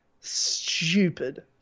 Stupid